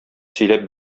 сөйләп